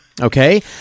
Okay